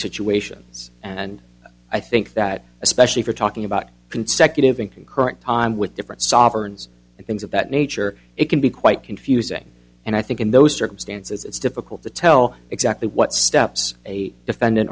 situations and i think that especially for talking about consecutive and concurrent time with different sovereigns and things of that nature it can be quite confusing and i think in those circumstances it's difficult to tell exactly what steps a defendant